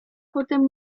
potem